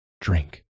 Drink